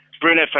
Bruno